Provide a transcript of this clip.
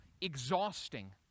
exhausting